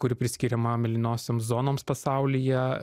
kuri priskiriama mėlynosioms zonoms pasaulyje